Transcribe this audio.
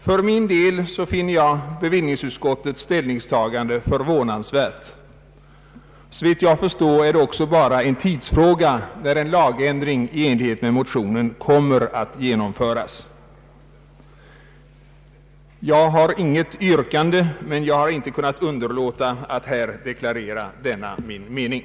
För min del finner jag bevillningsutskottets ställningstagande förvånansvärt. Såvitt jag förstår, är det bara en tidsfråga när en lagändring i enlighet med motionen kommer att genomföras. Jag har inget yrkande, men jag har inte kunnat underlåta att här deklarera denna min mening.